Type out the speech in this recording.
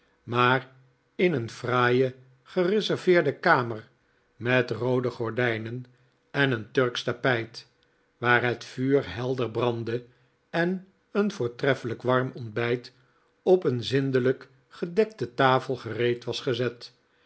maar in een fraaie gereserveerde kamer met roode gordijnen en een turksch tapijt waar het vuur helder brandde en een vootreffelijk warm ontbijt op een zindelijk gedekte tafel gereed was gezet